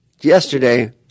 Yesterday